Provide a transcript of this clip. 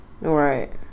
Right